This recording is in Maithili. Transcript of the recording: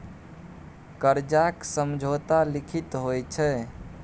करजाक समझौता लिखित होइ छै